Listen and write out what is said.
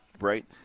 right